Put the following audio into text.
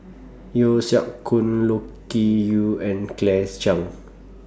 Yeo Siak Goon Loke Key Yew and Claire Chiang